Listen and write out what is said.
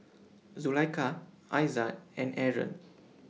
Zulaikha Aizat and Aaron